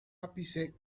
ápice